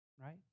right